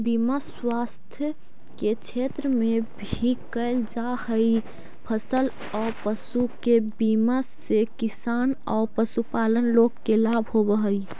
बीमा स्वास्थ्य के क्षेत्र में भी कैल जा हई, फसल औ पशु के बीमा से किसान औ पशुपालक लोग के लाभ होवऽ हई